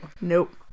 Nope